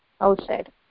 outside